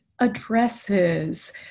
addresses